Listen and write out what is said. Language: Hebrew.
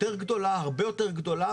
הרבה יותר גדולה,